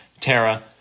Tara